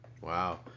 Wow